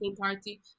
party